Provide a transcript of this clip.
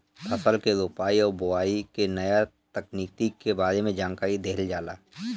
फसल के रोपाई और बोआई के नया तकनीकी के बारे में जानकारी देहल जाला